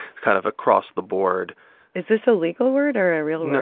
kind of across the board is this a legal word or ah real